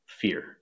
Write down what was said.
fear